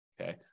Okay